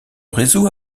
réseau